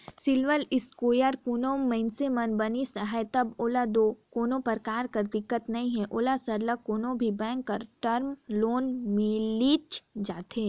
CIBIL score कोनो मइनसे कर बनिस अहे तब दो ओला कोनो परकार कर दिक्कत नी हे ओला सरलग कोनो भी बेंक कर टर्म लोन मिलिच जाथे